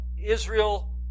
Israel